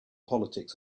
politics